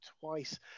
twice